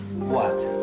what?